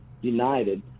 united